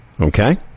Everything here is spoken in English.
Okay